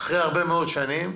אחרי הרבה מאוד שנים.